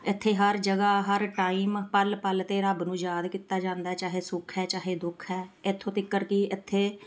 ਇੱਥੇ ਹਰ ਜਗ੍ਹਾ ਹਰ ਟਾਈਮ ਪਲ ਪਲ 'ਤੇ ਰੱਬ ਨੂੰ ਯਾਦ ਕੀਤਾ ਜਾਂਦਾ ਚਾਹੇ ਸੁੱਖ ਹੈ ਚਾਹੇ ਦੁੱਖ ਹੈ ਇੱਥੋਂ ਤੀਕਰ ਕਿ ਇੱਥੇ